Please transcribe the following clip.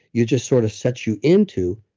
you just sort of sets you into.